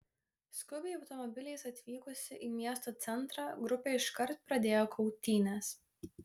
skubiai automobiliais atvykusi į miesto centrą grupė iškart pradėjo kautynes